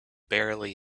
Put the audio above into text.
barely